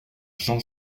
jean